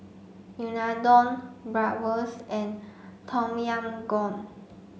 Unadon Bratwurst and Tom Yam Goong